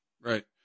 right